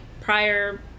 prior